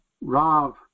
Rav